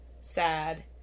sad